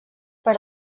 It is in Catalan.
per